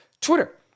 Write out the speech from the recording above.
Twitter